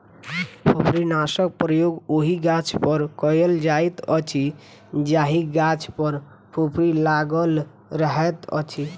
फुफरीनाशकक प्रयोग ओहि गाछपर कयल जाइत अछि जाहि गाछ पर फुफरी लागल रहैत अछि